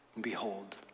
Behold